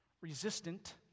resistant